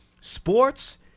Sports